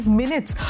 minutes